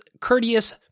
courteous